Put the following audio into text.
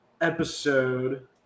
episode